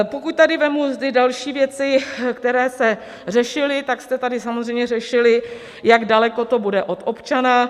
Pokud tady vezmu ty další věci, které se řešily, tak jste tady samozřejmě řešili, jak daleko to bude od občana.